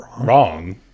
wrong